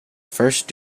first